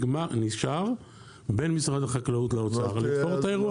נשאר בין משרד החקלאות לאוצר לתפור את האירוע.